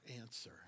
answer